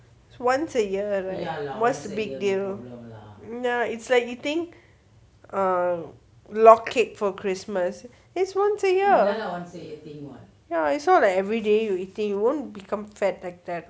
once a year right what's the big deal nah it's like eating um a log cake for christmas is once a year ya I saw like everyday you eating you won't become fat like that